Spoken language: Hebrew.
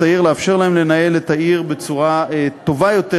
העיר ולאפשר להם לנהל את העיר בצורה טובה יותר,